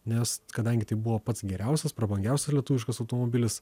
nes kadangi tai buvo pats geriausias prabangiausias lietuviškas automobilis